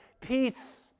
peace